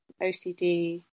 OCD